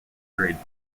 carried